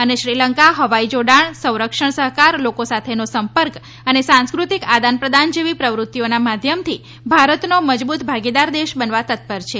અને શ્રીલંકા હવાઇ જોડાણ સંરક્ષણ સહકાર લોકો સાથેનો સંપર્ક અને સાંસ્કૃતિક આદાન પ્રદાન જેવી પ્રવૃત્તિઓના માધ્યમથી ભારતનો મજબૂત ભાગીદાર દેશ બનવા તત્પર છે